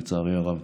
לצערי הרב.